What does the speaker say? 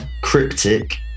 Cryptic